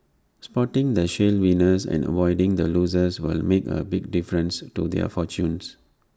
spotting the shale winners and avoiding the losers will make A big difference to their fortunes